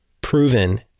proven